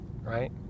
right